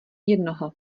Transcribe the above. jednoho